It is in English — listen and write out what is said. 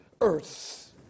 earth